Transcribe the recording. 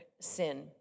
sin